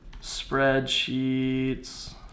Spreadsheets